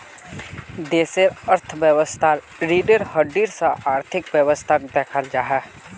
देशेर अर्थवैवास्थार रिढ़ेर हड्डीर सा आर्थिक वैवास्थाक दख़ल जाहा